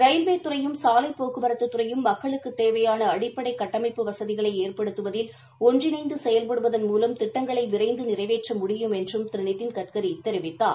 ரயில்வேத் துறையும் சாலை போக்குவரத்துத் துறையும் மக்களுக்குத் தேவையான அடிப்படை கட்டமைப்பு வசதிகளை ஏற்படுத்துவதில் ஒன்றிணைந்து செயல்படுவதன் மூலம் திட்டங்களை விரைந்து நிறைவேற்ற முடியும் என்றும் திரு நிதின்கட்கரி தெரிவித்தார்